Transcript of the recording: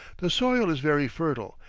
the soil is very fertile,